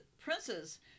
princes